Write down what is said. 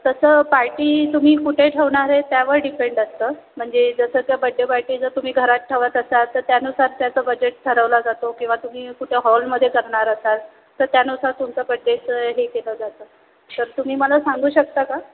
तसं पार्टी तुम्ही कुठे ठेवणार आहे त्यावर डिपेंड असतं म्हणजे जसं आता बड्डे पार्टी जर तुम्ही घरात ठेवत असाल तर त्यानुसार त्याचं बजेट ठरवला जातो किंवा तुम्ही कुठे हॉलमध्ये करणार असाल तर त्यानुसार तुमचं बड्डेचं हे केलं जातं तर तुम्ही मला सांगू शकता का